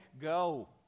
go